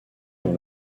dans